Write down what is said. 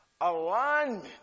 Alignment